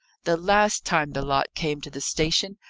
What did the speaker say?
the last time the lot came to the station,